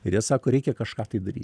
ir jie sako reikia kažką tai daryt